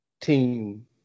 team